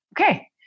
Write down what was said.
okay